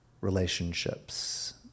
relationships